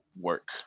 work